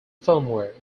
firmware